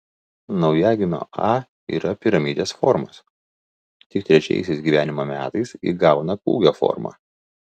naujagimio a yra piramidės formos tik trečiaisiais gyvenimo metais įgauna kūgio formą